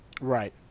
Right